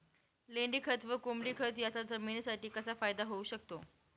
लेंडीखत व कोंबडीखत याचा जमिनीसाठी कसा फायदा होऊ शकतो?